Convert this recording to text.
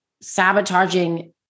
sabotaging